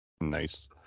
Nice